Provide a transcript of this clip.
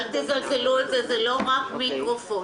אל תזלזלו בזה, זה לא רק מיקרופון.